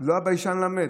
לא הביישן למד.